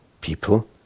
people